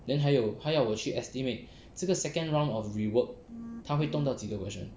then 还有他要我去 estimate 这个 second round of rework 他会动到几个 version